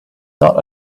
not